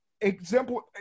example